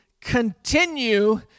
continue